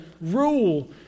rule